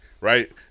right